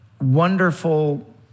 wonderful